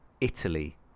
italy